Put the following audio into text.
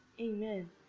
Amen